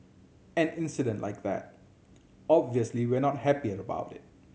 an incident like that obviously we are not happy about it